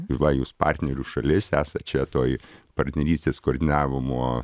va jūs partnerių šalis esat čia toj partnerystės koordinavimo